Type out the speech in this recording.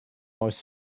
most